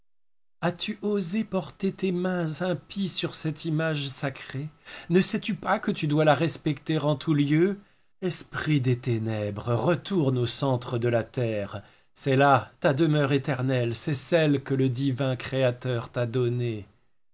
as-tu osé porter tes mains impies sur cette image sacrée ne sais-tu pas que tu dois la respecter en tout lieu esprit des ténèbres retourne au centre de la terre c'est là ta demeure éternelle c'est celle que le divin créateur t'a donnée